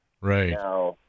Right